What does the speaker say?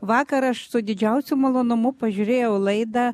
vakar aš su didžiausiu malonumu pažiūrėjau laidą